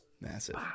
Massive